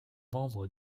membre